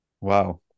wow